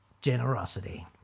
generosity